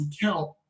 count